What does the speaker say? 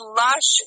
lush